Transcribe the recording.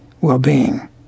well-being